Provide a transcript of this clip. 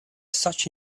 such